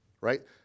right